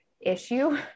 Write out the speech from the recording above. issue